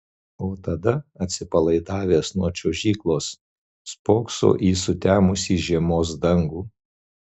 o tada atsipalaidavęs nuo čiuožyklos spokso į sutemusį žiemos dangų